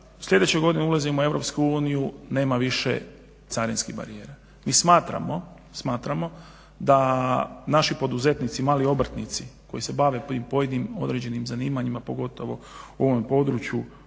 sljedeće godine ulazimo u Europsku uniju, nema više carinskih barijera. Mi smatramo, smatramo da naši poduzetnici mali obrtnici koji se bave pojedinim određenim zanimanjima, pogotovo u ovom području